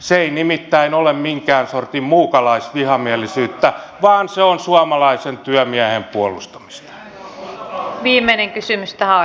se ei nimittäin ole minkään sortin muukalaisvihamielisyyttä vaan se on suomalaisen työmiehen puolustamista